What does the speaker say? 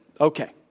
okay